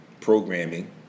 Programming